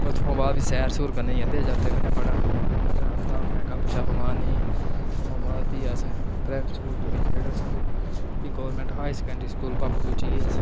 उत्थुआं बाद भी सैर सूर करने गी जंदे हे जागतें कन्नै बड़ा मजा औंदा हा अपने गपशप मारने ई ओह्दे बाद भी अस प्राईमरी स्कूल भी मिडल स्कूल भी गौरमेंट हाई सेकेंडरी स्कूल बापस पुज्जी गे अस